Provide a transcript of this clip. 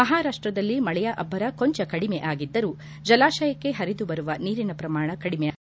ಮಹಾರಾಷ್ಷದಲ್ಲಿ ಮಳೆಯ ಅಭ್ವರ ಕೊಂಚ ಕಡಿಮೆ ಆಗಿದ್ದರೂ ಜಲಾಶಯಕ್ಕೆ ಪರಿದು ಬರುವ ನೀರಿನ ಪ್ರಮಾಣ ಕಡಿಮೆ ಆಗಿಲ್ಲ